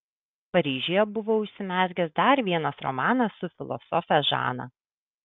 paryžiuje buvo užsimezgęs dar vienas romanas su filosofe žana